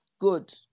good